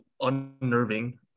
unnerving